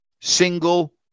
single